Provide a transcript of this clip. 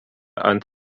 ant